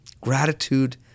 gratitude